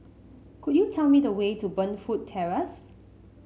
could you tell me the way to Burnfoot Terrace